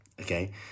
okay